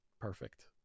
perfect